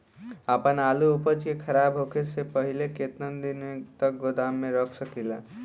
आपन आलू उपज के खराब होखे से पहिले केतन दिन तक गोदाम में रख सकिला?